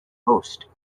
host